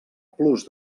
plus